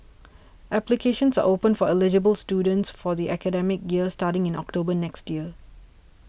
applications are open for eligible students for the academic year starting in October next year